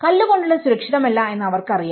കല്ല് കൊണ്ടുള്ളത് സുരക്ഷിതമല്ല എന്ന് അവർക്കറിയാം